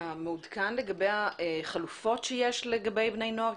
אתה מעודכן לגבי החלופות שיש לגבי בני נוער?